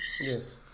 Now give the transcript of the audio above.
Yes